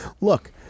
Look